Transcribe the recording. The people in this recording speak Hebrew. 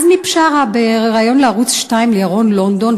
עזמי בשארה, בריאיון לערוץ 2, לירון לונדון.